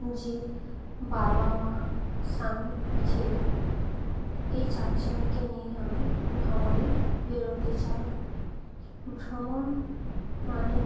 যে বাবা মা স্বামী ছেলে এই চারজনকে নিয়েই আমি ভ্রমণে বেরোতে চাই ভ্রমণ মানে